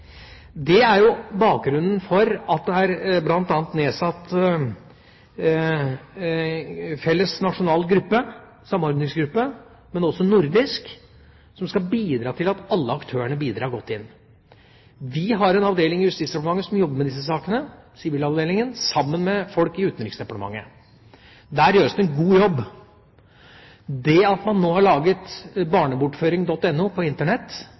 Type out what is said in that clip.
Det er bakgrunnen for at det bl.a. er nedsatt en felles nasjonal samordningsgruppe, men også en nordisk, som skal hjelpe til at alle aktørene bidrar godt inn. Vi har en avdeling i Justisdepartementet – Sivilavdelingen – som jobber med disse sakene sammen med folk i Utenriksdepartementet. Der gjøres det en god jobb. Det at man nå har laget barnebortføring.no på Internett,